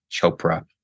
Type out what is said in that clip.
Chopra